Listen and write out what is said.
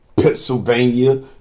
Pennsylvania